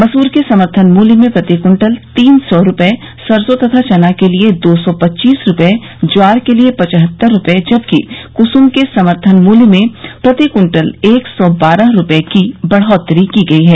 मसूर के समर्थन मूल्य में प्रति क्विंटल तीन सौ रुपये सरसों तथा चना के लिए दो सौ पच्चीस रुपये ज्वार के लिए पचहत्तर रुपये जबकि कुसुम के समर्थन मूल्य में प्रति क्विंटल एक सौ बारह रुपये की बढ़ोतरी की गई है